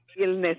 illness